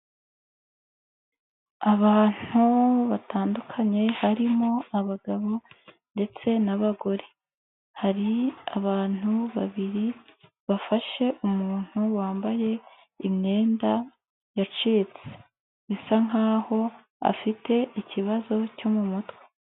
Abantu batandukanye harimo abagabo ndetse n'abagore, hari abantu babiri bafashe umuntu wambaye imyenda yacitse, bisa nk'aho afite ikibazo cyo mu mutwe.